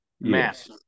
Mass